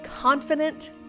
confident